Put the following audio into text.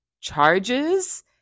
charges